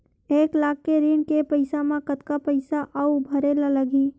एक लाख के ऋण के पईसा म कतका पईसा आऊ भरे ला लगही?